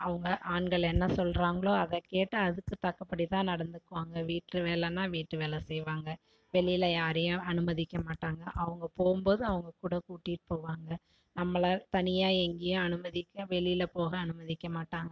அவங்க ஆண்கள் என்ன சொல்கிறாங்களோ அதை கேட்டு அதுக்கு தக்கப்படி தான் நடந்துக்குவாங்கள் வீட்டு வேலைனா வீட்டு வேலை செய்வாங்கள் வெளியில யாரையும் அனுமதிக்க மாட்டாங்கள் அவங்க போகும்போது அவங்கக்கூட கூட்டிட்டு போவாங்கள் நம்மளை தனியாக எங்கேயும் அனுமதிக்க வெளியில போக அனுமதிக்க மாட்டாங்கள்